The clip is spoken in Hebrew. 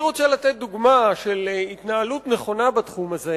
אני רוצה לתת דוגמה של התנהלות נכונה בתחום הזה.